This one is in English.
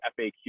FAQ